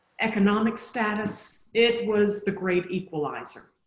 economic, status it was the great equalizer